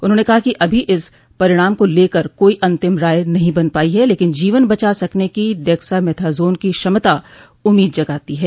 उन्होंने कहा है कि अभी इस परिणाम को लेकर कोई अंतिम राय नहीं बन पाई है लेकिन जीवन बचा सकने की डेक्सा मेथाजोन की क्षमता उम्मीद जगाती है